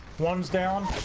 ones down